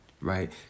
right